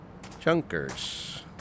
chunkers